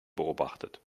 beobachtet